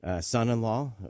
son-in-law